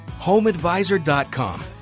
HomeAdvisor.com